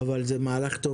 זה לא כל מה שרציתי בדבר הזה,